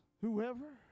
whoever